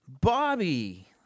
Bobby